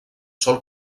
sol